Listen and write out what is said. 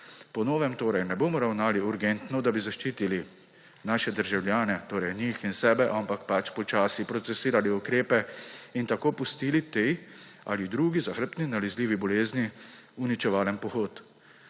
Po novem torej ne bomo ravnali urgentno, da bi zaščitili naše državljane, torej njih in sebe, ampak počasi procesirali ukrepe in tako pustili tej ali drugi zahrbtni nalezljivi bolezni uničevalen pohod.